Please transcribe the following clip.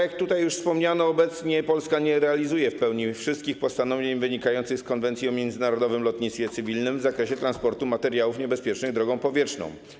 Jak już wspomniano, obecnie Polska nie realizuje w pełni wszystkich postanowień wynikających z konwencji o międzynarodowym lotnictwie cywilnym w zakresie transportu materiałów niebezpiecznych drogą powietrzną.